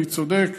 אני צודק,